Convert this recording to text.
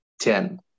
ten